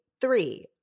three